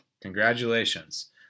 congratulations